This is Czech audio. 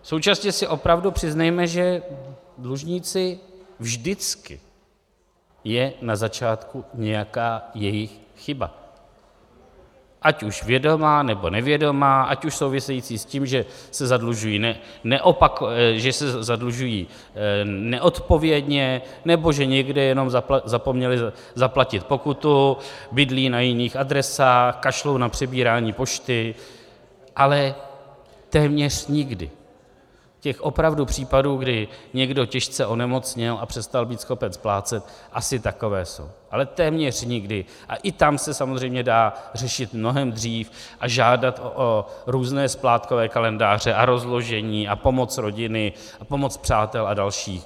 Současně si opravdu přiznejme, že dlužníci, vždycky je na začátku nějaká jejich chyba, ať už vědomá, nebo nevědomá, ať už související s tím, že se zadlužují neodpovědně, nebo že někde jenom zapomněli zaplatit pokutu, bydlí na jiných adresách, kašlou na přebírání pošty, ale téměř nikdy těch opravdu případů, kdy někdo těžce onemocněl a přestal být schopen splácet, asi takové jsou, ale téměř nikdy, a i tam se samozřejmě dá řešit mnohem dřív a žádat o různé splátkové kalendáře a rozložení a pomoc rodiny a pomoc přátel a dalších.